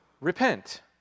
repent